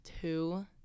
two